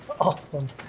awesome